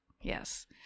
Yes